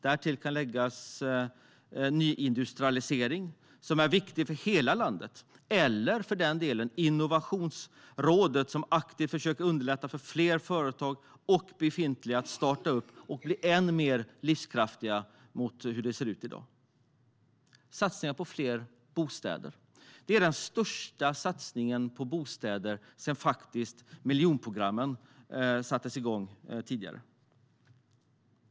Därtill kan läggas nyindustrialisering, som är viktigt för hela landet, och för den delen Innovationsrådet, som aktivt försöker underlätta för befintliga företag och för att fler företag ska startas och bli än mer livskraftiga jämfört med hur det ser ut i dag. Det görs satsningar på fler bostäder. Det är den största satsningen på bostäder sedan miljonprogrammet startades.